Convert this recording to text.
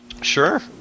Sure